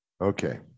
Okay